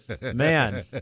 Man